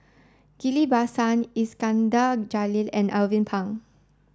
Ghillie Basan Iskandar Jalil and Alvin Pang